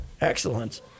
excellence